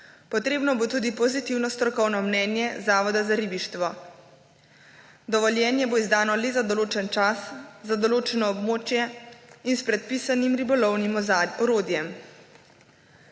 Potrebno bo tudi pozitivno strokovno mnenje Zavoda za ribištvo. Dovoljenje bo izdano le za določen čas za določeno območje in s predpisanim ribolovnim orodjem.